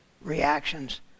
reactions